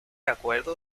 acuerdo